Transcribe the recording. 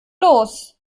los